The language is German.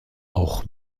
auch